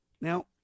Now